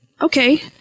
Okay